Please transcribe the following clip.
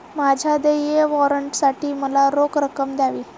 माझ्या देय वॉरंटसाठी मला रोख रक्कम द्यावी